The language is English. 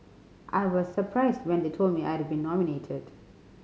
I was surprised when they told me I had been nominated